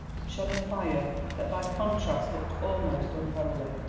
shone a fire that by contrast looked almost unholy.